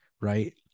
right